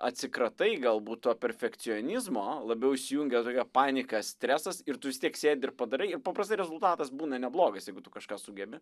atsikratai galbūt to perfekcionizmo labiau įsijungia tokia panika stresas ir tu vis tiek sėdi ir padarai ir paprastai rezultatas būna neblogas jeigu tu kažką sugebi